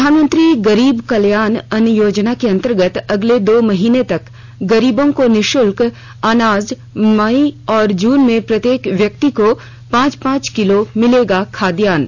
प्रधानमंत्री गरीब कल्याण अन्न योजना के अन्तर्गत अगले दो महीने तक गरीबों को निःशुल्क अनाज मई और जून में प्रत्येक व्यक्ति को पांच पांच किलो मिलेगा खाद्यान्न